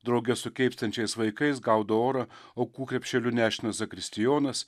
drauge su keipstančiais vaikais gaudo orą aukų krepšeliu nešinas zakristijonas